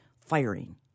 firing